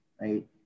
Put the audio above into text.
right